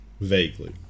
Vaguely